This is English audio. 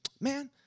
man